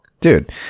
dude